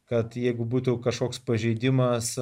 kad jeigu būtų kažkoks pažeidimas